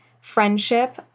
friendship